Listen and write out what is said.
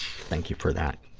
thank you for that.